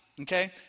okay